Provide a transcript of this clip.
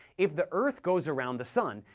if the earth goes around the sun,